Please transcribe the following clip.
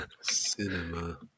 Cinema